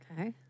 Okay